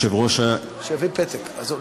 שלוש דקות.